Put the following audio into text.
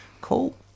Cool